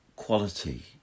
Quality